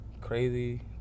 crazy